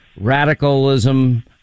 radicalism